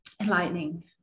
enlightening